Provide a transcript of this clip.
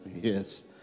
Yes